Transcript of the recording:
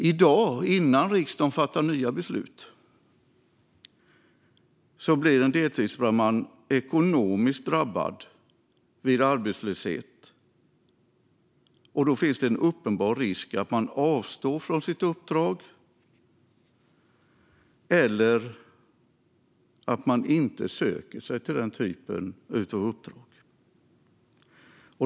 I dag - innan riksdagen fattar nya beslut - blir en deltidsbrandman ekonomiskt drabbad vid arbetslöshet, och då finns det en uppenbar risk att man avstår från sitt uppdrag eller att man inte söker sig till denna typ av uppdrag.